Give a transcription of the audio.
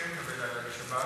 כן קווי לילה בשבת,